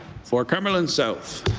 for cumberland south.